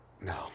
no